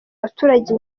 abaturage